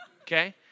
okay